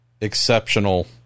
exceptional